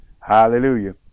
hallelujah